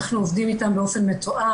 אנחנו עובדים איתם באופן מתואם,